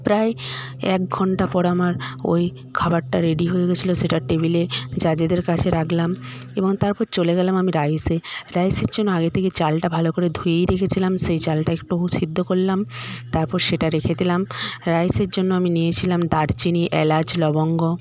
প্রায় এক ঘন্টা পর আমার ওই খাবারটা রেডি হয়ে গেছিল সেটা টেবিলে জাজেদের কাছে রাখলাম এবং তারপর চলে গেলাম আমি রাইসে রাইসের জন্য আগে থেকে চালটা ভালো করে ধুয়েই রেখেছিলাম সেই চালটা একটু সেদ্ধ করলাম তারপর সেটা রেখে দিলাম রাইসের জন্য আমি নিয়েছিলাম দারচিনি এলাচ লবঙ্গ